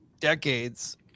decades